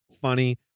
funny